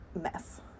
mess